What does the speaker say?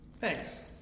Thanks